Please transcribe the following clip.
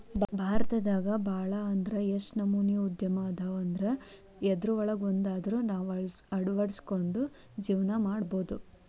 ಭಾರತದಾಗ ಭಾಳ್ ಅಂದ್ರ ಯೆಷ್ಟ್ ನಮನಿ ಉದ್ಯಮ ಅದಾವಂದ್ರ ಯವ್ದ್ರೊಳಗ್ವಂದಾದ್ರು ನಾವ್ ಅಳ್ವಡ್ಸ್ಕೊಂಡು ಜೇವ್ನಾ ಮಾಡ್ಬೊದು